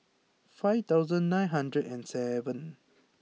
five thousand nine hundred and seven